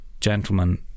Gentlemen